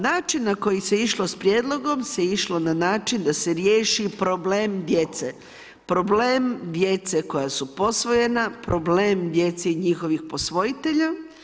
Način na koji se išlo s prijedlogom se išlo na način da se riješi problem djece, problem djece koja su posvojena, problem djece i njihovih posvojitelja.